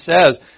says